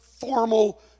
Formal